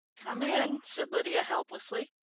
come in, said lydia helplessly.